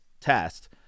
test